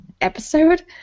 episode